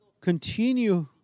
continue